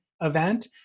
event